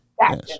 Yes